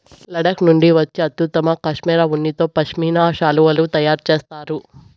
లడఖ్ నుండి వచ్చే అత్యుత్తమ కష్మెరె ఉన్నితో పష్మినా శాలువాలు తయారు చేస్తారు